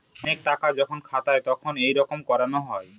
অনেক টাকা যখন খাতায় তখন এইরকম করানো হয়